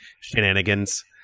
shenanigans